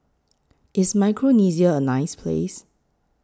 IS Micronesia A nice Place